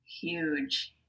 huge